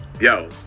Yo